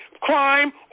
crime